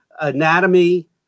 anatomy